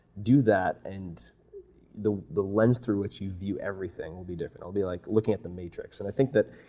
do that and the the lens through which you view everything will be different. it will be like looking at the matrix. and i think that